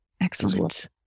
Excellent